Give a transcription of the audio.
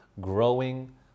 growing